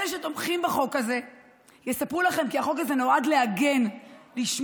אלה שתומכים בחוק הזה יספרו לכם כי החוק הזה נועד להגן ולשמור